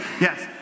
Yes